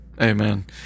Amen